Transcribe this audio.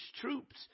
troops